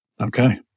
Okay